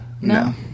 No